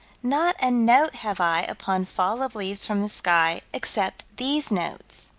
not a note have i upon fall of leaves from the sky, except these notes.